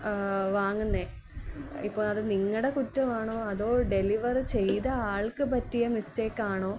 വാങ്ങുന്നേ ഇപ്പോള് അത് നിങ്ങളുടെ കുറ്റമാണോ അതോ ഡെലിവറി ചെയ്ത ആൾക്ക് പറ്റിയ മിസ്റ്റേക്കാണോ